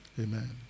Amen